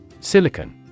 Silicon